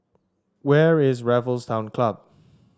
where is Raffles Town Club